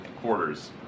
quarters